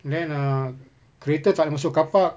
then uh kereta tak boleh masuk car park